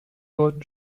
wurden